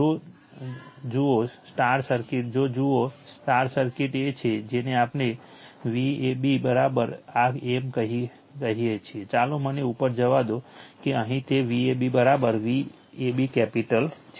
જો સર્કિટ જુઓ સર્કિટ એ છે જેને આપણે Vab આ એક કહીએ છીએ ચાલો મને ઉપર જવા દો કે અહીં તે Vab VAB કેપિટલ છે